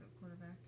quarterback